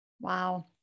Wow